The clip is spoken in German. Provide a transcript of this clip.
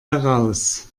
heraus